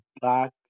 Black